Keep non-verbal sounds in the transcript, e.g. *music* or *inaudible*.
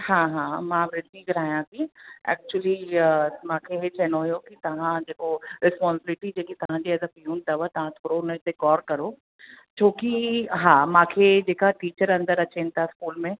हां हां मां *unintelligible* एक्चुली हीअ मूंखे हीअ चइणो हुयो की तव्हां जेको रिस्पोंसिबिलिटी जेकि तव्हांजे हिते प्यून अथव तव्हां थोड़ो उनते गौर करो छो की हा मूंखे जेका टीचर अंदर अचनि था स्कूल में